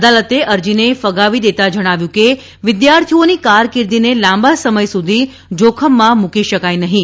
અદાલતે અરજીને ફગાવી દેતાં જણાવ્યું કે વિદ્યાર્થીઓની કારકિર્દીને લાંબા સમય સુધી જોખમમાં મુકી શકાય નહીં